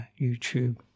YouTube